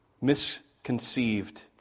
misconceived